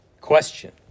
question